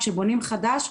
כשבונים חדש,